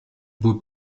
beau